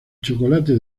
chocolate